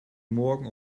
morgen